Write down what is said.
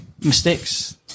mistakes